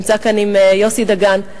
שנמצא כאן עם יוסי דגן,